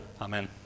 Amen